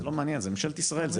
זה לא מעניין, זה ממשלת ישראל.